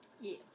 Yes